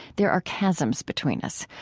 there are chasms between us,